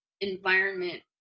environment